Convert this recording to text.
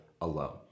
alone